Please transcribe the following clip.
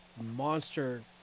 monster